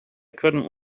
couldn’t